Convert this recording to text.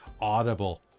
audible